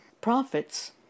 prophets